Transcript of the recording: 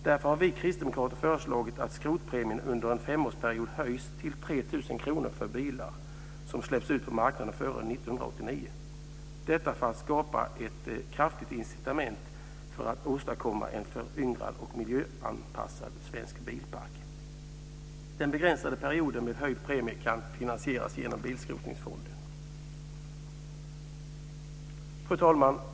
Därför har vi kristdemokrater föreslagit att skrotpremien under en femårsperiod höjs till 3 000 kr för bilar som släppts ut på marknaden före 1989 - detta för att skapa ett kraftigt incitament för att åstadkomma en föryngrad och miljöanpassad svensk bilpark. Den begränsade perioden med höjd premie kan finansieras genom bilskrotningsfonden. Fru talman!